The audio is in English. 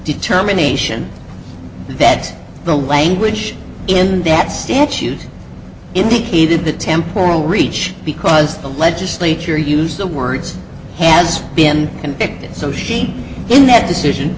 determination that the language in that statute indicated the temporal reach because the legislature used the words has been convicted so she in that decision